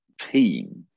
team